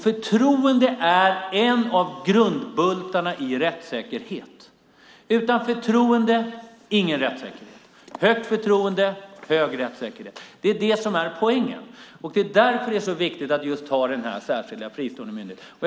Förtroende är en av grundbultarna i rättssäkerheten. Utan förtroende finns ingen rättssäkerhet. Stort förtroende ger stor rättssäkerhet. Det är det som är poängen. Det är därför som det är så viktigt att ha den här särskilda, fristående myndigheten.